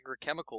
agrochemical